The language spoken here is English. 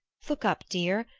look up, dear!